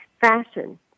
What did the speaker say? fashion